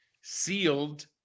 sealed